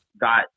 got